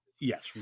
Yes